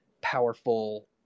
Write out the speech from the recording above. powerful